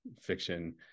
fiction